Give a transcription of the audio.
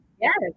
Yes